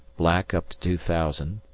black up to two thousand,